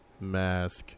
mask